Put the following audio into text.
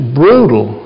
brutal